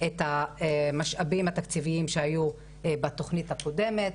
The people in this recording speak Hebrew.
את המשאבים התקציביים שהיו בתוכנית הקודמת.